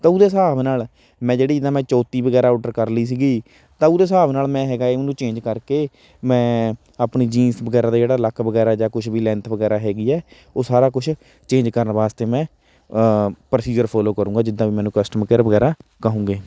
ਤਾਂ ਉਹਦੇ ਹਿਸਾਬ ਨਾਲ ਮੈਂ ਜਿਹੜੀ ਨਾ ਮੈਂ ਚੌਂਤੀ ਵਗੈਰਾ ਓਡਰ ਕਰ ਲਈ ਸੀਗੀ ਤਾਂ ਉਹਦੇ ਹਿਸਾਬ ਨਾਲ ਮੈਂ ਹੈਗਾ ਹੈ ਉਹਨੂੰ ਚੇਂਜ ਕਰਕੇ ਮੈਂ ਆਪਣੀ ਜੀਨਸ ਵਗੈਰਾ ਦਾ ਜਿਹੜਾ ਲੱਕ ਵਗੈਰਾ ਜਾਂ ਕੁਛ ਵੀ ਲੈਂਥ ਵਗੈਰਾ ਹੈਗੀ ਹੈ ਉਹ ਸਾਰਾ ਕੁਛ ਚੇਂਜ ਕਰਨ ਵਾਸਤੇ ਮੈਂ ਪ੍ਰੋਸੀਜਰ ਫੋਲੋ ਕਰੂੰਗਾ ਜਿੱਦਾਂ ਵੀ ਮੈਨੂੰ ਕਸਟਮਰ ਕੇਅਰ ਵਗੈਰਾ ਕਹੂੰਗੇ